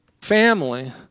family